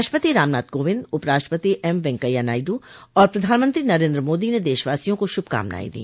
राष्ट्रपति रामनाथ कोविन्द उपराष्ट्रपति एम वेंकैया नायडू और प्रधानमंत्री नरेन्द्र मोदी ने देशवासियों को शुभकामनाएं दी